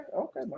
okay